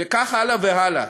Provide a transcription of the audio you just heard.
וכך הלאה והלאה.